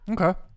Okay